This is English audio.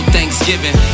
Thanksgiving